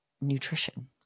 nutrition